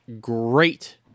great